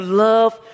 love